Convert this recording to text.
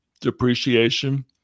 depreciation